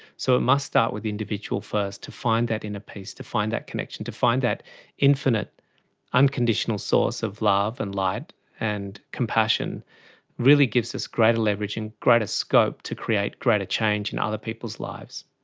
so it must start with the individual first to find that inner peace, to find that connection, to find that infinite unconditional source of love and light and compassion really gives us greater leverage and greater scope to create greater change in other people's lives.